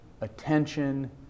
attention